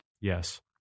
Yes